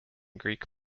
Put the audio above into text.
greek